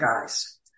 guys